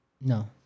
No